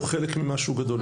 הוא חלק ממשהו גדול יותר.